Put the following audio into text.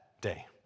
day